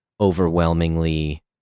overwhelmingly